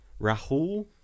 Rahul